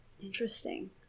Interesting